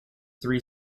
three